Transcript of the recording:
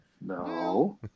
No